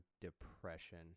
depression